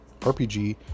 rpg